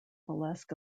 alaska